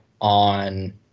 on